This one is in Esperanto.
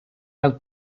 laŭ